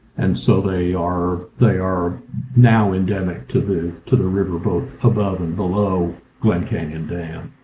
and so they are they are now endemic to the to the river, both above and below glen canyon dam.